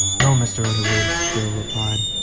no, mr. underwood, darrell replied,